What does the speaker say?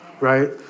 right